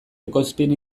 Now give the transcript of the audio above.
ekoizpen